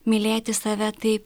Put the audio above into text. mylėti save tai